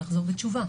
לחזור בתשובה.